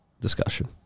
discussion